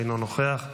אינו נוכח,